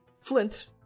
Flint